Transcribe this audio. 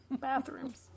bathrooms